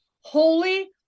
holy